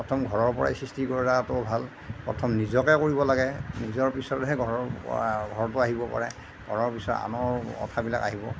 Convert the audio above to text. প্ৰথম ঘৰৰ পৰাই সৃষ্টি কৰাটো ভাল প্ৰথম নিজকে কৰিব লাগে নিজৰ পিছতহে ঘৰৰ পৰা ঘৰটো আহিব পাৰে ঘৰৰ পিছত আনৰ কথাবিলাক আহিব